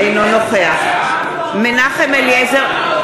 אינו נוכח מתקזז עם טלב אבו